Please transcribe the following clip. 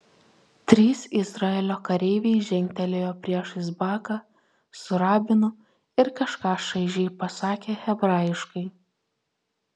trys izraelio kareiviai žengtelėjo priešais baką su rabinu ir kažką šaižiai pasakė hebrajiškai